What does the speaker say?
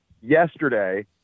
yesterday